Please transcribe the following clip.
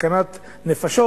סכנת נפשות,